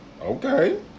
Okay